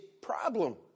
problem